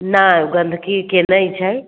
नहि गन्दगीके नहि छै